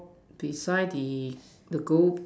beside the